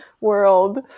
World